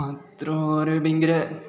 മാത്രോ ഓരെ ഭയങ്കര